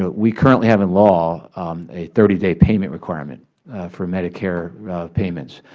we currently have in law a thirty day payment requirement for medicare payments.